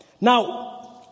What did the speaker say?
Now